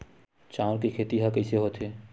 चांउर के खेती ह कइसे होथे?